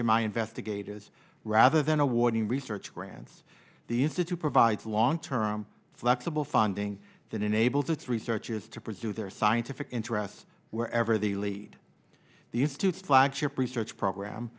or my investigators rather than awarding research grants the institute provides long term flexible funding that enables its researchers to pursue their scientific interests wherever they lead the institute flagship research program